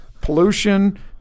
pollution